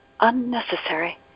Unnecessary